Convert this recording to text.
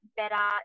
better